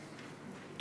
לשר.